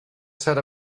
set